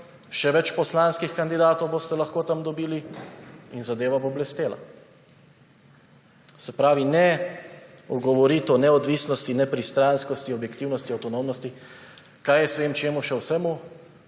še več poslanskih kandidatov boste lahko tam dobili in zadeva bo blestela. Se pravi, ne govoriti o neodvisnosti, nepristranskosti, objektivnosti, avtonomnosti, kaj jaz več čemu še vsemu,